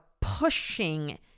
pushing